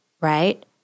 right